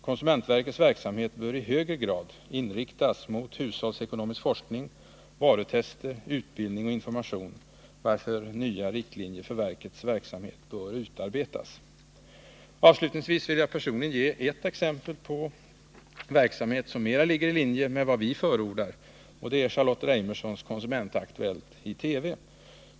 Konsumentverkets verksamhet bör i högre grad inriktas mot hushållsekonomisk forskning, varutester, utbildning och information, varför nya riktlinjer för verkets verksamhet bör utarbetas. Avslutningsvis vill jag personligen ge ett exempel på verksamhet som mera ligger i linje med vad vi förordar, och det är Charlotte Reimersons Konsumentaktuellt i TV.